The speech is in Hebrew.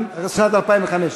לא.